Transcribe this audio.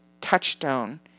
touchstone